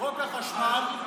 חוק החשמל,